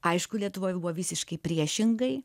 aišku lietuvoj buvo visiškai priešingai